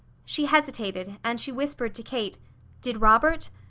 she hesitated, and she whispered to kate did robert?